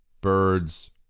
birds